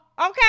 Okay